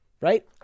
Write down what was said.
right